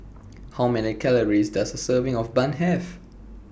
How Many Calories Does A Serving of Bun Have